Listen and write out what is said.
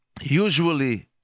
usually